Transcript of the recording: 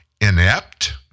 inept